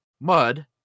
Mud